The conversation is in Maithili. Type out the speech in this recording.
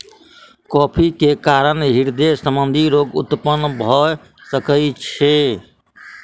कॉफ़ी के कारण हृदय संबंधी रोग उत्पन्न भअ सकै छै